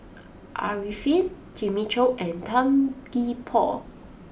Arifin Jimmy Chok and Tan Gee Paw